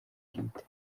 bwite